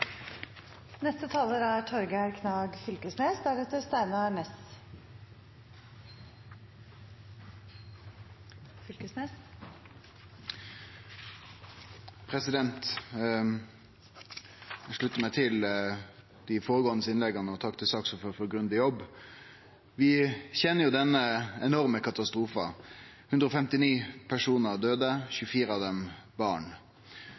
Eg vil slutte meg til dei føregåande innlegga og takke saksordføraren for ein grundig jobb. Vi kjenner denne enorme katastrofen – 159 personar døde, 24 av dei barn.